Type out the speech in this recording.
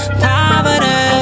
poverty